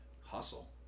hustle